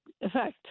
effect